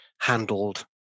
handled